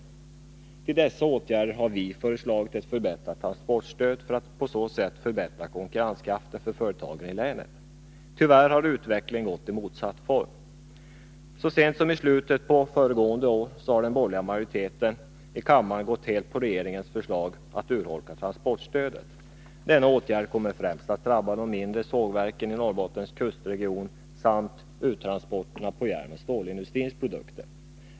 Med tanke på dessa åtgärder har vi föreslagit ett förbättrat transportstöd för att på så sätt förbättra konkurrenskraften för företagen i länet. Tyvärr har utvecklingen gått i motsatt riktning. Så sent som i slutet av föregående år har den borgerliga majoriteten i kammaren helt följt regeringens förslag att urholka transportstödet. Denna åtgärd kommer främst att drabba de mindre sågverken i Norrbottens kustregion samt uttransporter av järnoch stålindustrins produkter.